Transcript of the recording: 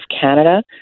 Canada